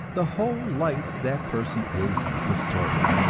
the whole life of that person is distorted.